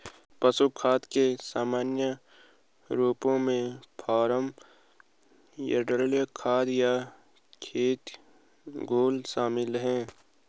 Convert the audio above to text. पशु खाद के सामान्य रूपों में फार्म यार्ड खाद या खेत घोल शामिल हैं